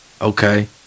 Okay